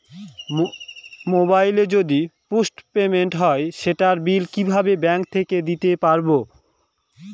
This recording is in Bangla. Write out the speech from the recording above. মোবাইল যদি পোসট পেইড হয় সেটার বিল কিভাবে ব্যাংক থেকে দিতে পারব?